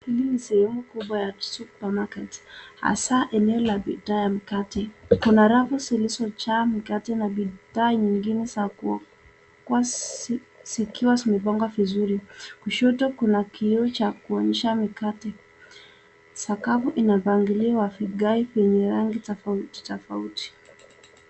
Hili ni sehemu kubwa ya supermarket hasa eneo la bidhaa ya mikate. Iko na rafu zilizojaa mikate na bidhaa zingine zikiwa zimepangwa vizuri. Kushoto kuna kioo cha kuonyesha mikate. Sakafu ina mpangilio wa vigae vyenye rangi tofauti tofauti.